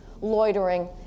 loitering